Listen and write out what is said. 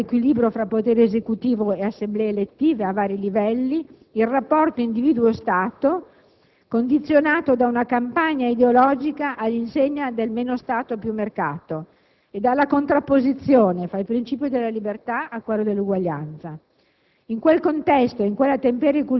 la partecipazione democratica, l'equilibrio fra potere Esecutivo e Assemblee elettive a vari livelli, nonché il rapporto individuo-Stato, che è risultato condizionato da una campagna ideologica all'insegna del «meno Stato, più mercato» e dalla contrapposizione tra i principi della libertà e della eguaglianza.